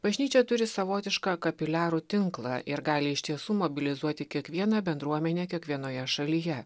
bažnyčia turi savotišką kapiliarų tinklą ir gali iš tiesų mobilizuoti kiekvieną bendruomenę kiekvienoje šalyje